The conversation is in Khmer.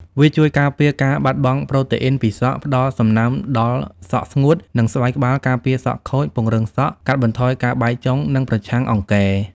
វាជួយការពារការបាត់បង់ប្រូតេអ៊ីនពីសក់ ផ្តល់សំណើមដល់សក់ស្ងួត និងស្បែកក្បាល ការពារសក់ខូច ពង្រឹងសក់ កាត់បន្ថយការបែកចុង និងប្រឆាំងអង្គែរ។